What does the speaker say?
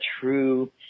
true